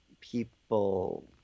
people